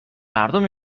مردم